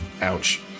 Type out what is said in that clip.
Ouch